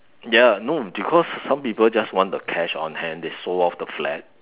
ya lah no because some people just want the cash on hand they sold off the flat